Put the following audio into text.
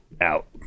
out